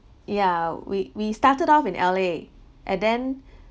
yeah we we started off in L_A and then